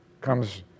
comes